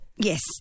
Yes